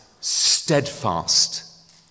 steadfast